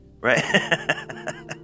Right